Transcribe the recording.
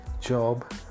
job